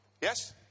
Yes